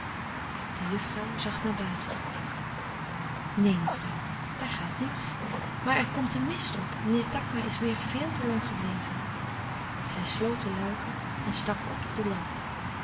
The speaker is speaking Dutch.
de juffrouw zag naar buiten neen mevrouw daar gaat niets maar er komt een mist op meneer takma is weêr veel te lang gebleven zij sloot de luiken en stak op de lamp